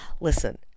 listen